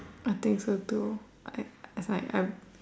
nothing to do I I it's like I